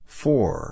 four